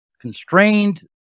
constrained